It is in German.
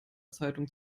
zeitung